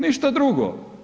Ništa drugo.